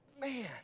man